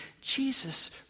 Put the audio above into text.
Jesus